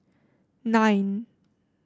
nine